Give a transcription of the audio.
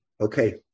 Okay